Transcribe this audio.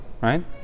Right